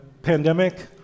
pandemic